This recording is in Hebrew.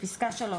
(1)בפסקה (3),